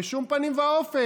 בשום פנים ואופן,